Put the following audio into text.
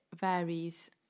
varies